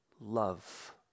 love